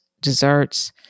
desserts